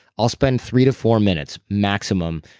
i'll spend three to four minutes maximum.